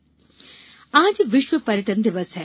पर्यटन दिवस आज विश्व पर्यटन दिवस है